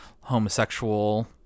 homosexual